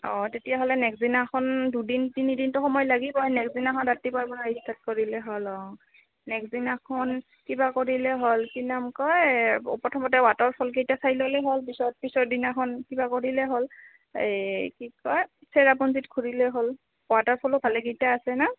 অঁ তেতিয়াহ'লে নেক্সট দিনাখন দুদিন তিনিদিনটো সময় লাগিব নেক্সট দিনাখন ৰাতিপুৱাৰ পৰা ষ্টাৰ্ট কৰিলে হ'ল অঁ নেক্সট দিনাখন কিবা কৰিলে হ'ল কি নাম কয় প্ৰথমতে ৱাটাৰফলকেইটা চাই ল'লে হ'ল পিছত পিছৰ দিনাখন কিবা কৰিলে হ'ল এই কি কয় চেৰাপুঞ্জিত ঘূৰিলে হ'ল ৱাটাৰফলো ভালেকেইটা আছেনে